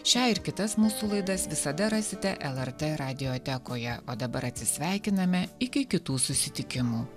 šią ir kitas mūsų laidas visada rasite lrt radiotekoje o dabar atsisveikiname iki kitų susitikimų